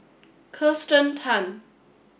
Kirsten Tan